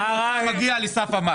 ראש מועצה מגיע לסף המס